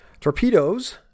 Torpedoes